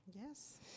Yes